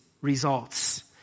results